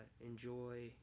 Enjoy